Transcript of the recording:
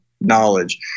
knowledge